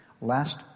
Last